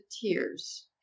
tears